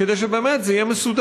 כדי שבאמת זה יהיה מסודר.